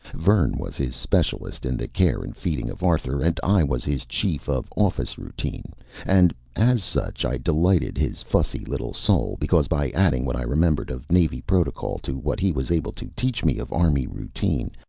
vern was his specialist in the care and feeding of arthur and i was his chief of office routine and, as such, i delighted his fussy little soul, because by adding what i remembered of navy protocol to what he was able to teach me of army routine,